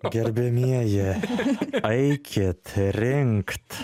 gerbiamieji eikit rinkt